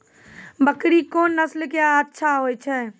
बकरी कोन नस्ल के अच्छा होय छै?